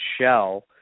shell